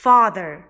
Father